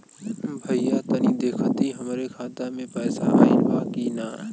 भईया तनि देखती हमरे खाता मे पैसा आईल बा की ना?